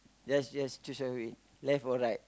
let's just choose your way left or right